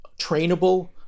trainable